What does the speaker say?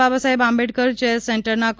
Babasaheb Ambedkar chair સેન્ટરના કો